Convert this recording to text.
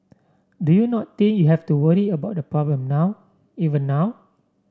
do you not think you have to worry about the problem now even now